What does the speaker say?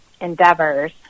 endeavors